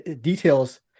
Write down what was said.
details